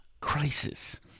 crisis